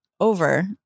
over